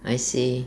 I see